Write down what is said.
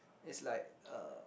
it's like uh